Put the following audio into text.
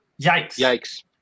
Yikes